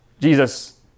Jesus